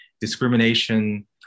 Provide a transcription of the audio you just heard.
discrimination